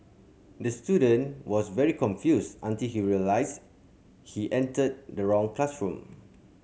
the student was very confused until he realised he entered the wrong classroom